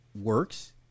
works